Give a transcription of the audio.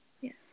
Yes